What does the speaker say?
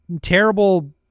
terrible